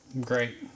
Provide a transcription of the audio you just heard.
Great